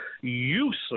useless